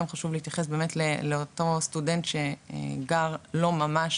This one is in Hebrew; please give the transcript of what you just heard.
גם חשוב להתייחס באמת לאותו סטודנט שגר לא ממש